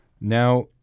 Now